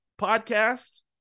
podcast